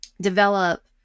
develop